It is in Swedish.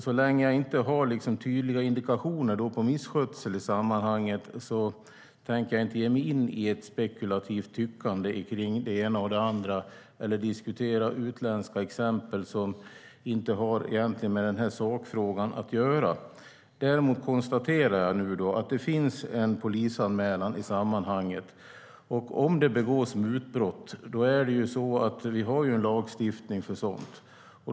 Så länge som jag inte har tydliga indikationer på misskötsel tänker jag inte ägna mig åt ett spekulativt tyckande om det ena eller andra eller diskutera utländska exempel som egentligen inte har med sakfrågan att göra. Jag konstaterar att det finns en polisanmälan. Om det begås mutbrott finns det en lagstiftning för sådant.